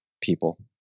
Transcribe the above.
people